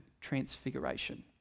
transfiguration